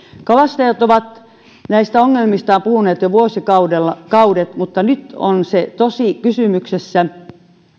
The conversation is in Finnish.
kalastajat ovat näistä ongelmistaan puhuneet jo vuosikaudet mutta nyt on tosi kysymyksessä